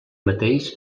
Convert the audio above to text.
mateix